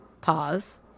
Pause